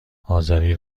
آذری